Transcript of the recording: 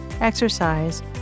exercise